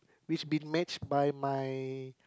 which been match by my